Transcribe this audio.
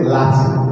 Latin